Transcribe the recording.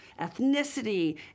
ethnicity